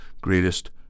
greatest